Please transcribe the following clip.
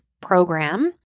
program